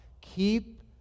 Keep